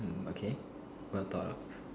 mm okay well thought of